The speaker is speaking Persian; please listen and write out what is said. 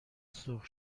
سرخ